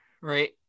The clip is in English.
right